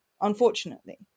Unfortunately